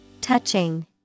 Touching